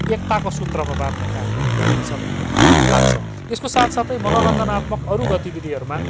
एकताको सूत्रमा बाँध्ने काम पनि गर्नेछ भन्ने लाग्छ यसको साथसाथै मनोरञ्जनात्मक अरू गतिविधिहरूमा